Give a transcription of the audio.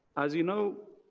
as you know,